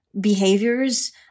behaviors